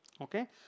okay